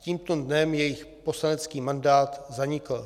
Tímto dnem jejich poslanecký mandát zanikl.